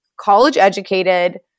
college-educated